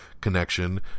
connection